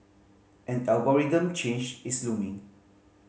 an algorithm change is looming